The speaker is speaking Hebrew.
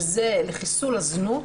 שזה חיסול הזנות,